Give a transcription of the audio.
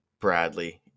Bradley